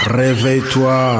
réveille-toi